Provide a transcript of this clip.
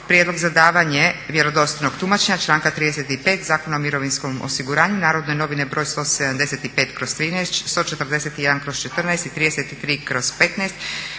Odluka o nedavanju vjerodostojnog tumačenja članka 35. Zakona o mirovinskom osiguranju, Narodne novine br. 157/2013., 151/14. i 33/15.,